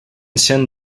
send